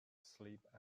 sleep